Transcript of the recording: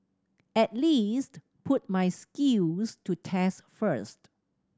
at least put my skills to test first